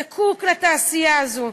זקוק לתעשייה הזאת.